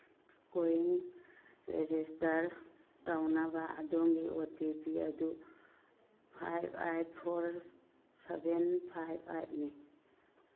CoWIN register ꯇꯧꯅꯕ ꯑꯗꯣꯝꯒꯤ O T P ꯑꯗꯨ five eight four seven five ꯑꯩꯠꯅꯤ